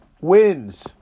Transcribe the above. wins